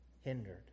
hindered